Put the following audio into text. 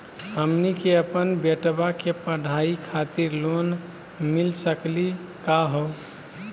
हमनी के अपन बेटवा के पढाई खातीर लोन मिली सकली का हो?